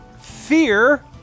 fear